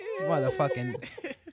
motherfucking